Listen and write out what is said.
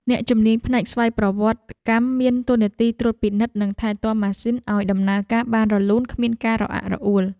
អ្នកជំនាញផ្នែកស្វ័យប្រវត្តិកម្មមានតួនាទីត្រួតពិនិត្យ និងថែទាំម៉ាស៊ីនឱ្យដំណើរការបានរលូនគ្មានការរអាក់រអួល។